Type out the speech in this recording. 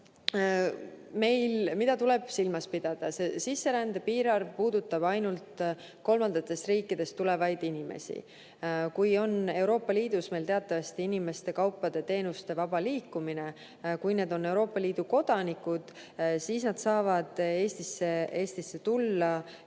Mida meil tuleb silmas pidada? Sisserände piirarv puudutab ainult kolmandatest riikidest tulevaid inimesi. Euroopa Liidus on meil teatavasti inimeste, kaupade ja teenuste vaba liikumine. Kui need on Euroopa Liidu kodanikud, siis nad saavad Eestisse tulla ja